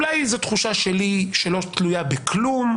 אולי זו תחושה שלי שלא תלויה בכלום.